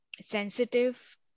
sensitive